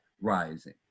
rising